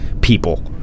people